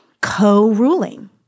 co-ruling